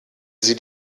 sie